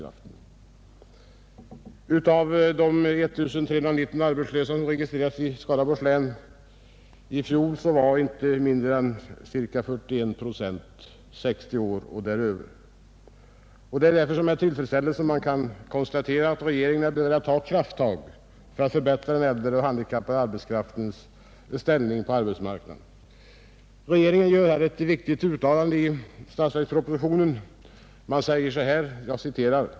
Av de 1 319 arbetslösa som registrerades i Skaraborgs län i fjol var inte mindre än ca 41 procent 60 år och däröver. Det är därför som jag med tillfredsställelse kan konstatera att regeringen börjat ta krafttag för att förbättra den äldre och den handikappade arbetskraftens ställning på arbetsmarknaden. Regeringen gör ett viktigt uttalande i statsverkspropositionen.